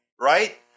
right